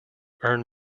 earn